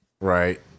Right